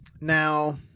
now